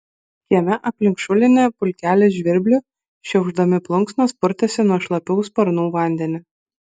kieme aplink šulinį pulkelis žvirblių šiaušdami plunksnas purtėsi nuo šlapių sparnų vandenį